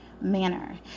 manner